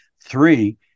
Three